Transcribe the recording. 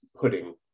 pudding